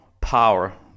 power